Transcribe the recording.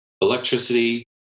Electricity